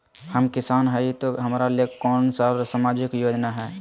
हम किसान हई तो हमरा ले कोन सा सामाजिक योजना है?